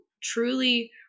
truly